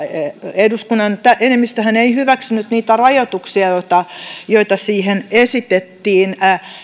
eduskunnan enemmistöhän ei hyväksynyt niitä rajoituksia joita joita siihen esitettiin